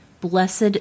blessed